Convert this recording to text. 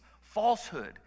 falsehood